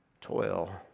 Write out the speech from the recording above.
toil